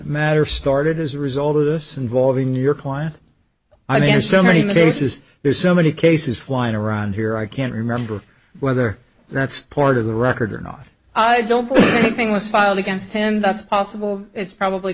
matter started as a result of this involving your client i mean so many many cases there's so many cases flying around here i can't remember whether that's part of the record or not i don't thing was filed against him that's possible it's probably